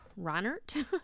Ronert